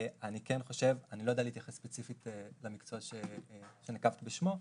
אני לא יודע להתייחס ספציפית למקצוע שנקבת בשמו,